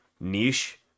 niche